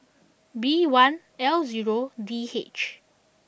B one L zero D H